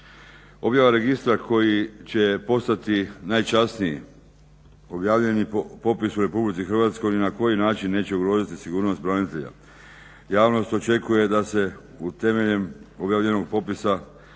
Objava registra koji će postati najčasniji objavljeni po popisu u RH ni na koji način neće ugroziti sigurnost branitelja. Javnost očekuje da se temeljem objavljenog popisa